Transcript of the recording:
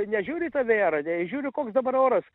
nežiūri į tą vėjarodę jie žiūri koks dabar oras